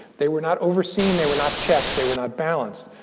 they were not overseen. they were not checked. they were not balanced.